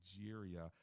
Nigeria